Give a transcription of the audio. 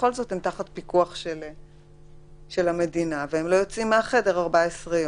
תחת פיקוח של המדינה, בלי לצאת מהחדר 14 יום.